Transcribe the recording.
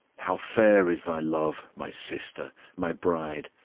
how fair is thy love, my sister, my bride!